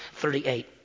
38